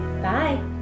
Bye